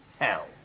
hell